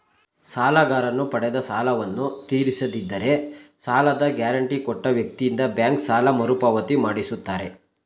ಸಾಲಗಾರನು ಪಡೆದ ಸಾಲವನ್ನು ತೀರಿಸದಿದ್ದರೆ ಸಾಲದ ಗ್ಯಾರಂಟಿ ಕೊಟ್ಟ ವ್ಯಕ್ತಿಯಿಂದ ಬ್ಯಾಂಕ್ ಸಾಲ ಮರುಪಾವತಿ ಮಾಡಿಸುತ್ತಾರೆ